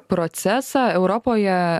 procesą europoje